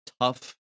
tough